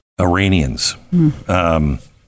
Iranians